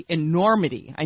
enormity